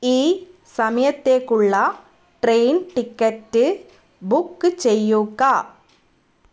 ഈ സമയത്തേക്കുള്ള train ticket book ചെയ്യുക